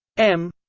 m